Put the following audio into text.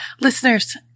listeners